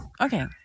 Okay